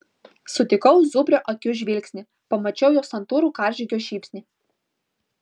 sutikau zubrio akių žvilgsnį pamačiau jo santūrų karžygio šypsnį